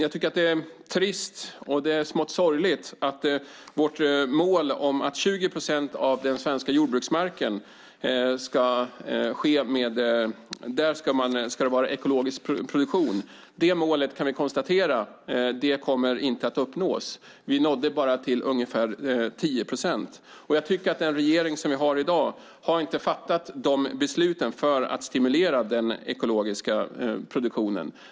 Det är trist och smått sorgligt att konstatera att vårt mål att 20 procent av den svenska jordbruksmarken ska användas för ekologisk produktion inte kommer att uppnås. Vi nådde bara till ungefär 10 procent. Jag tycker att den regering som vi har i dag inte har fattat besluten för att stimulera den ekologiska produktionen.